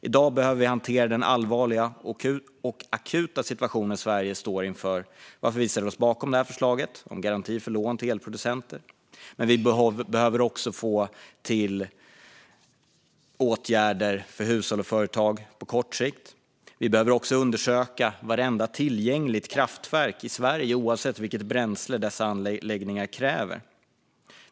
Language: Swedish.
I dag behöver vi hantera den allvarliga och akuta situation som Sverige står inför, varför vi ställer oss bakom förslaget om garantier för lån till elproducenter. Vi behöver åtgärder för hushåll och företag på kort sikt. Vi behöver också undersöka vartenda tillgängligt kraftverk i Sverige, oavsett vilket bränsle dessa anläggningar kräver.